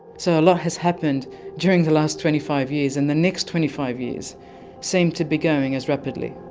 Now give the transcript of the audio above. so a lot has happened during the last twenty five years, and the next twenty five years seem to be going as rapidly.